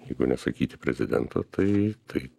jeigu nesakyti prezidento tai tai